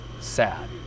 sad